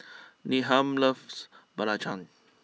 Needham loves Belacan